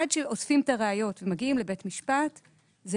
עד שאוספים את הראיות ומגיעים לבית משפט זה